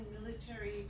military